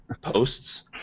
posts